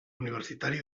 universitari